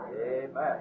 Amen